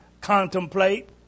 contemplate